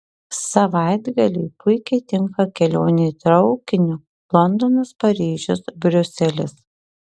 savaitgaliui puikiai tinka kelionė traukiniu londonas paryžius briuselis